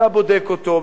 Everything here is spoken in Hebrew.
אתה בודק אותו,